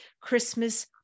Christmas